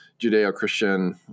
Judeo-Christian